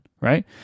right